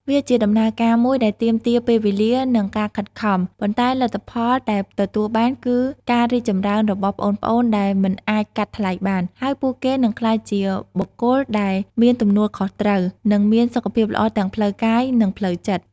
វាជាដំណើរការមួយដែលទាមទារពេលវេលា និងការខិតខំ ប៉ុន្តែលទ្ធផលដែលទទួលបានគឺការរីកចម្រើនរបស់ប្អូនៗដែលមិនអាចកាត់ថ្លៃបាន ហើយពួកគេនឹងក្លាយជាបុគ្គលដែលមានទំនួលខុសត្រូវ និងមានសុខភាពល្អទាំងផ្លូវកាយ និងផ្លូវចិត្ត។